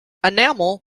enamel